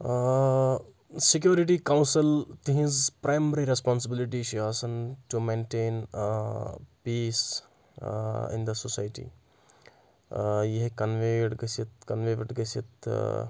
security council تِہٕنٛز primary responsibility چھِ آسان to maintain peace in the society یہِ ہیٚکہِ کَنوَیٚڈ گٔژھِتھ کَنوَیٚڈ گٔژھِتھ